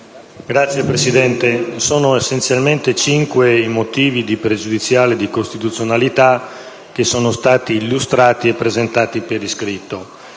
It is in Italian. Signor Presidente, sono essenzialmente cinque i motivi a sostegno della pregiudiziale di costituzionalità che sono stati illustrati e presentati per iscritto,